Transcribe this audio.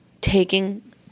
taking